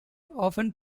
often